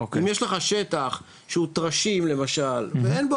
אם יש לך שטח שהוא טרשים למשל ואין בו